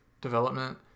development